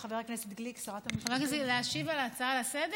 אף אחד לא דיבר על ההצעה לסדר-היום,